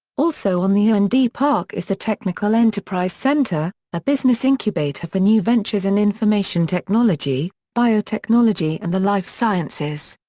also on the r and d park is the technical enterprise centre a business incubator for new ventures in information technology, biotechnology and the life sciences.